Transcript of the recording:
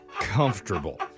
comfortable